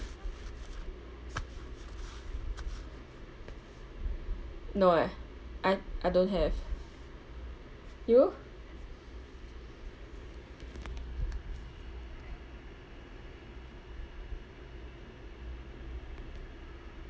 no eh I I don't have you